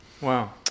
Wow